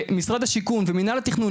משרד השיכון ומינהל התכנון,